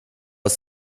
aus